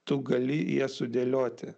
tu gali jas sudėlioti